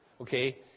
Okay